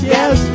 Yes